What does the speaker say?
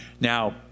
now